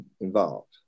involved